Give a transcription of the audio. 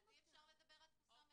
אז אי אפשר לדבר על תפוסה מלאה.